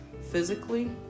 physically